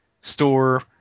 store